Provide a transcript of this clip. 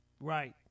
Right